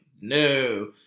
no